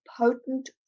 potent